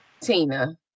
Tina